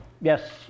yes